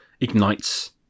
ignites